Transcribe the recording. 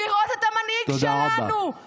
לראות את המנהיג שלנו, תודה רבה.